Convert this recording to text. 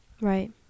Right